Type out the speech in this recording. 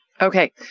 Okay